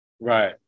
Right